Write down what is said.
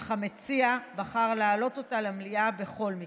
אך המציע בחר להעלות אותה למליאה בכל מקרה.